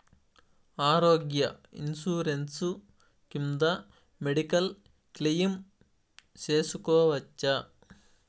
ఆరోగ్య ఇన్సూరెన్సు కింద medical claim సేసుకోవచ్చా?